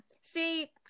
See